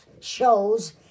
shows